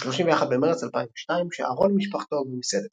ב-31 במרץ 2002 שהה רון עם משפחתו במסעדת